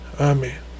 Amen